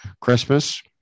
Christmas